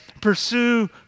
pursue